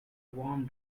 warm